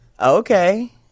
okay